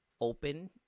open